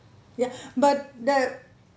ya but that